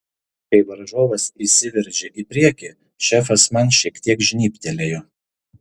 kai varžovas įsiveržė į priekį šefas man šiek tiek žnybtelėjo